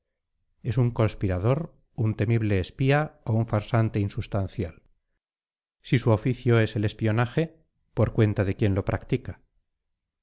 es un conspirador un temible espía o un farsante insustancial si su oficio es el espionaje por cuenta de quién lo practica